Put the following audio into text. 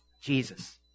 Jesus